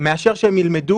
לא ילמדו בכלל מאשר שהם ילמדו